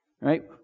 right